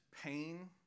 pain